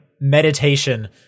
meditation